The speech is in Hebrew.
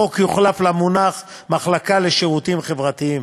בחוק יוחלף למונח "מחלקה לשירותים חברתיים".